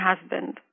husband